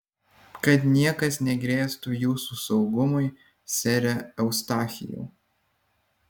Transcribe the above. kad niekas negrėstų jūsų saugumui sere eustachijau